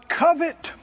covet